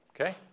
Okay